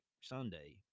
Sunday